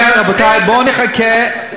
זה, זה, אני אומר, רבותי, בואו נחכה לתוצאות.